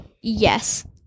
Yes